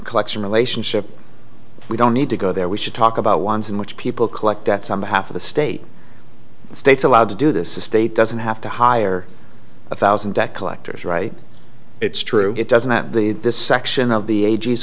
collection relationship we don't need to go there we should talk about ones in which people collect at some half of the state the states allowed to do this estate doesn't have to hire a thousand debt collectors right it's true it doesn't that the this section of the a